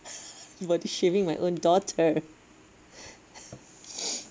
body shaming my own daughter